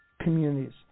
communities